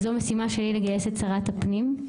זו משימה שלי לגייס את שרת הפנים.